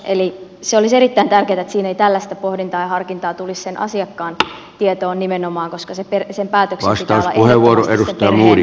eli olisi erittäin tärkeätä että siinä ei tällaista pohdintaa ja harkintaa tulisi sen asiakkaan tietoon nimenomaan koska sen päätöksen pitää olla ehdottomasti sen perheen oma